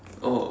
oh